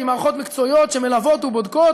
עם מערכות מקצועיות שמלוות ובודקות.